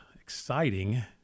exciting